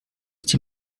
die